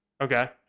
Okay